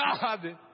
God